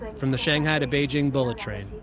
from the shanghai-to-beijing bullet train,